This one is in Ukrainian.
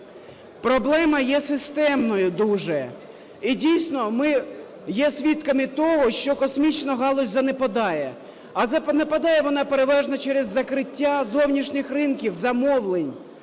Проблема є системною дуже. І, дійсно, ми є свідками того, що космічна галузь занепадає. А занепадає вона переважно через закриття зовнішніх ринків замовлень,